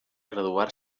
graduar